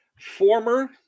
former